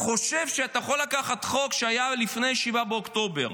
חושב שאתה יכול לקחת חוק שהיה לפני 7 באוקטובר,